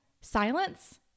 silence